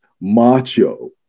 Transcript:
Macho